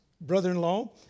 brother-in-law